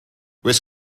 oes